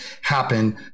happen